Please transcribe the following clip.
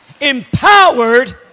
Empowered